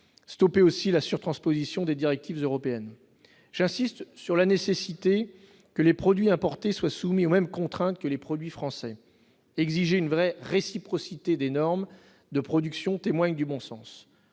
stopper la transposition des directives européennes. J'insiste sur la nécessité de soumettre les produits importés aux mêmes contraintes que les produits français. Exiger une réelle réciprocité des normes de production témoigne du bon sens.